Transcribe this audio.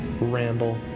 ramble